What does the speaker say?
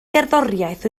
gerddoriaeth